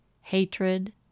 Hatred